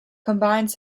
combines